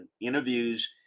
interviews